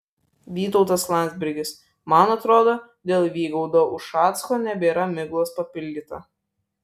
vytautas landsbergis man atrodo dėl vygaudo ušacko nebėra miglos papildyta